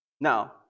Now